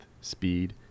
speed